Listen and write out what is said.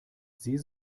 sie